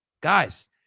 guys